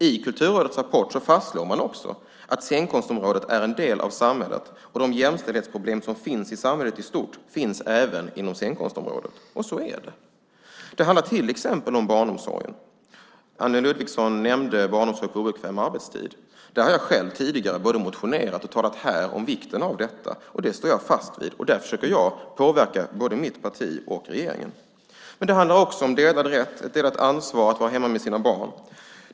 I Kulturrådets rapport fastslår man också att scenkonstområdet är en del av samhället. De jämställdhetsproblem som finns i samhället i stort finns även inom scenkonstområdet. Så är det. Det handlar till exempel om barnomsorgen. Anne Ludvigsson nämnde barnomsorg på obekväm arbetstid. Jag har själv tidigare både motionerat om och här talat om vikten av barnomsorg. Det står jag fast vid, och där försöker jag påverka både mitt parti och regeringen. Det handlar också om delad rätt till och delat ansvar för att vara hemma med sina barn.